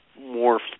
more